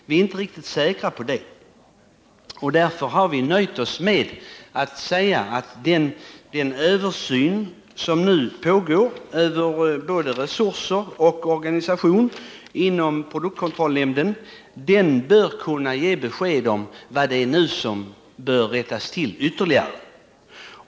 Vi är inte riktigt säkra på det, och därför har vi nöjt oss med att säga att den översyn som nu pågår över både resurser och organisation inom produktkontrollnämnden bör kunna ge besked om vad det är som nu behöver rättas till ytterligare.